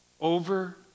over